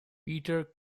peter